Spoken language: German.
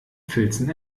filzen